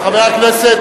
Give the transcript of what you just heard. חבר הכנסת